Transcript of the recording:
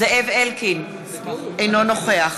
זאב אלקין, אינו נוכח